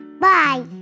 bye